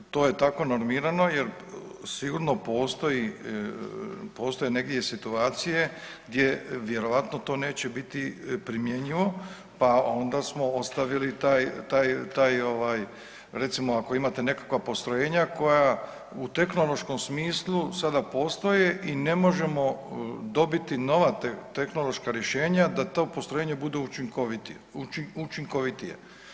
Ovaj, to je tako normirano jer sigurno postoji negdje i situacije gdje vjerovatno to neće biti primjenjivo pa onda smo ostavili taj, taj, taj ovaj, recimo, ako imate nekakva postrojenja koja u tehnološkom smislu sada postoje i ne možemo dobiti nova tehnološka rješenja da to postrojenje bude učinkovitije.